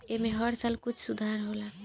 ऐमे हर साल कुछ सुधार होला